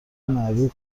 معروف